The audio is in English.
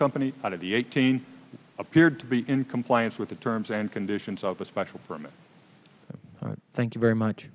company out of the eighteen appeared to be in compliance with the terms and conditions of a special permit thank you very much